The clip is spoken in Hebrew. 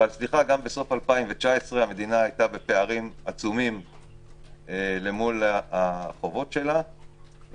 אבל גם בסוף 2019 המדינה היתה בפערים עצומים למול החובות שלחה.